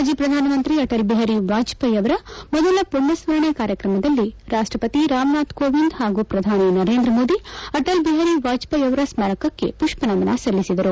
ಮಾಜಿ ಪ್ರಧಾನಮಂತ್ರಿ ಅಟಲ್ ಬಿಹಾರಿ ವಾಜಪೇಯಿ ಅವರ ಮೊದಲ ಮಣ್ಣಸ್ಪರಣೆ ಕಾರ್ಯಕ್ರಮದಲ್ಲಿ ರಾಷ್ಟಪತಿ ರಾಮನಾಥ ಕೋವಿಂದ್ ಹಾಗೂ ಪ್ರಧಾನಿ ನರೇಂದ್ರ ಮೋದಿ ಅಟಲ್ ಬಿಹಾರ್ ವಾಜಪೇಯಿ ಅವರ ಸ್ನಾರಕಕ್ಕೆ ುಷ್ತನಮನ ಸಲ್ಲಿಸಿದರು